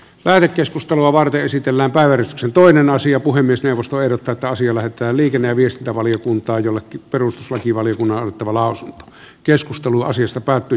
vaalikeskustelu avarte esitellään väyrysksen toinen asia puhemiesneuvosto jota taas ymmärtää liikenne ja viestintävaliokunta jolle perustuslakivaliokunnan tavalla usein keskustelua syystä pääty